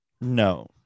No